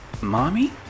Mommy